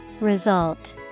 Result